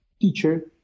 teacher